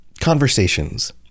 conversations